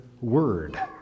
word